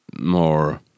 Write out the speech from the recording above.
more